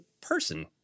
person